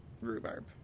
rhubarb